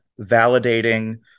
validating